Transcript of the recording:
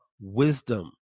wisdom